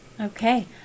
okay